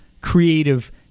creative